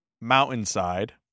Mountainside